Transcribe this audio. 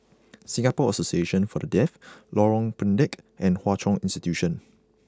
Singapore Association For The Deaf Lorong Pendek and Hwa Chong Institution